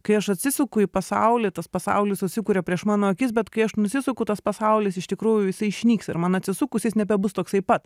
kai aš atsisuku į pasaulį tas pasaulis susikuria prieš mano akis bet kai aš nusisuku tas pasaulis iš tikrųjų jisai išnyks ir man atsisukus jis nebebus toksai pat